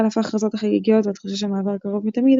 על אף ההכרזות החגיגיות והתחושה שהמעבר קרוב מתמיד,